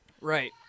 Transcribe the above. Right